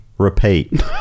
repeat